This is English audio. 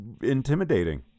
intimidating